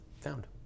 found